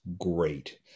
great